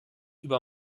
über